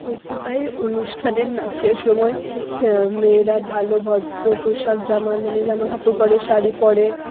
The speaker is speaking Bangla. ঐতিহ্যবাহী অনুষ্ঠানের নাচের সময় মেয়েরা ভালো ভদ্র পোশাক জামা মানে জামাকাপড় পরে শাড়ি পরে